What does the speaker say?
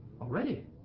Already